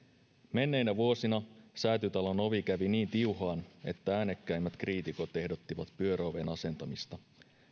menneinä vuosina säätytalon ovi kävi niin tiuhaan että äänekkäimmät kriitikot ehdottivat pyöröoven asentamista